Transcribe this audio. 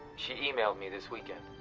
she e-mailed me this weekend.